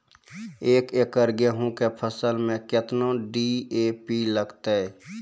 एक एकरऽ गेहूँ के फसल मे केतना डी.ए.पी लगतै?